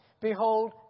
Behold